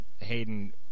Hayden